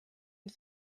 une